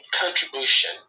contribution